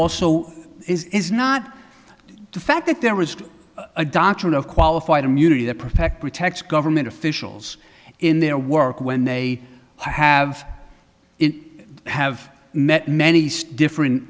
also is not the fact that there was a doctrine of qualified immunity that perfect protects government officials in their work when they have in have met many stiffer